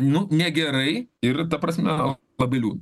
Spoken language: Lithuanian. nu negerai ir ta prasme labai liūd